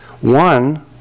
one